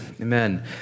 amen